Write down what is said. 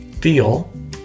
feel